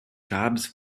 jobs